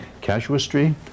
Casuistry